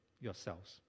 yourselves